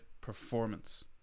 performance